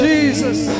Jesus